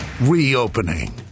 reopening